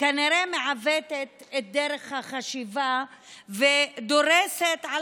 כנראה מעוותת את דרך החשיבה ודורסת את